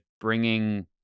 bringing